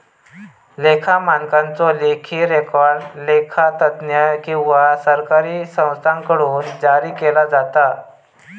लेखा मानकांचो लेखी रेकॉर्ड लेखा तज्ञ किंवा सरकारी संस्थांकडुन जारी केलो जाता